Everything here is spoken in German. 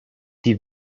die